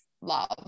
love